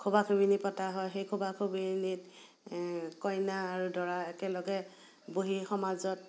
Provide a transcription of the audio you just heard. খোবা খোবনি পতা হয় সেই খোবা খোবনিত কইনা আৰু দৰা একেলগে বহি সমাজত